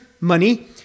money